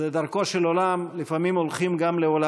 זה דרכו של עולם, לפעמים גם הולכים לעולמם.